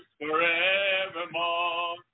forevermore